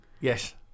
Yes